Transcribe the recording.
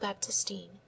baptistine